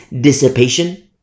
dissipation